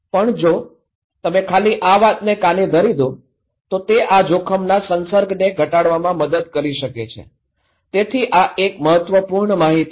પણ જો તમે ખાલી આ વાતને કાને ધરી દો તો તે આ જોખમના સંસર્ગને ઘટાડવામાં મદદ કરી શકે છે તેથી આ એક મહત્વપૂર્ણ માહિતી છે